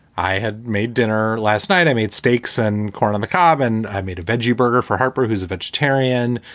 i had made dinner. last night, i made steaks and corn on the cob and i made a veggie burger for harper, who's a vegetarian.